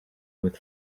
with